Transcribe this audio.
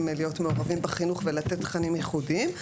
להיות מעורבים בחינוך ולתת תכנים ייחודיים.